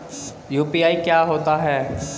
UPI क्या होता है?